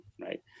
right